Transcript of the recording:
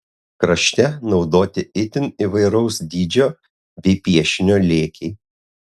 krašte naudoti itin įvairaus dydžio bei piešinio lėkiai